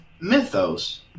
Mythos